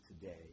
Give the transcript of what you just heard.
today